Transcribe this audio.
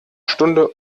stunde